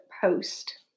Post